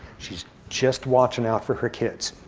she's just watching out for her kids.